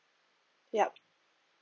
yup